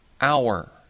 hour